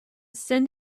send